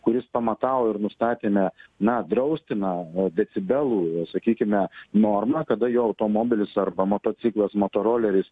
kuris pamatavo ir nustatėme na draustiną decibelų sakykime normą kada jau automobilis arba motociklas motoroleris